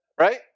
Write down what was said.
right